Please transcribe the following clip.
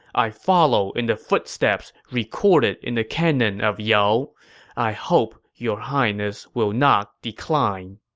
i follow in the footsteps recorded in the canon of yao i hope your highness will not decline.